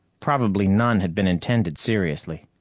probably none had been intended seriously.